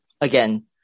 again